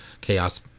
Chaos